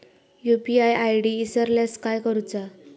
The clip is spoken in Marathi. यू.पी.आय आय.डी इसरल्यास काय करुचा?